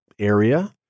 area